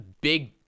big